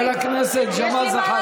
חבר הכנסת ג'מאל זחאלקה.